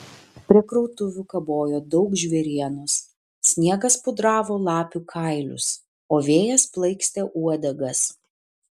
prie krautuvių kabojo daug žvėrienos sniegas pudravo lapių kailius o vėjas plaikstė uodegas